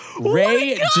ray